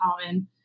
common